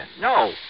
No